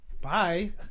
Bye